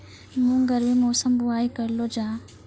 मूंग गर्मी मौसम बुवाई करलो जा?